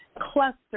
cluster